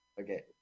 Okay